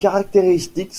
caractéristiques